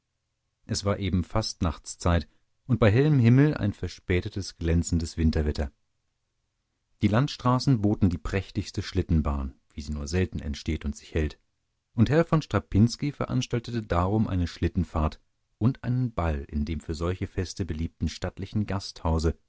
es war eben fastnachtszeit und bei hellem himmel ein verspätetes glänzendes winterwetter die landstraßen boten die prächtigste schlittenbahn wie sie nur selten entsteht und sich hält und herr von strapinski veranstaltete darum eine schlittenfahrt und einen ball in dem für solche feste beliebten stattlichen gasthause